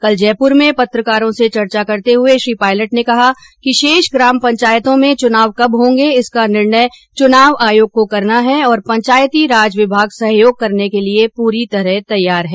कल जयपुर में पत्रकारों से चर्चा करते हुए श्री पायलट ने कहा कि शेष ग्राम पंचायतों में चुनाव कब होंगे इसका निर्णय चुनाव आयोग को करना है और पंचायती राज विभाग सहयोग करने के लिए पूरी तरह तैयार है